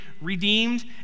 redeemed